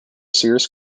serious